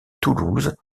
toulouse